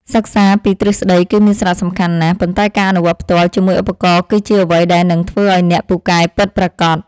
សិក្សាពីទ្រឹស្តីគឺមានសារៈសំខាន់ណាស់ ប៉ុន្តែការអនុវត្តផ្ទាល់ជាមួយឧបករណ៍គឺជាអ្វីដែលនឹងធ្វើឱ្យអ្នកពូកែពិតប្រាកដ។